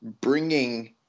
bringing